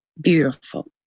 Beautiful